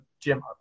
Jim